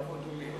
הכבוד הוא לי.